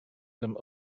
some